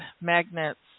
magnets